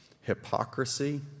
Hypocrisy